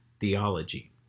theology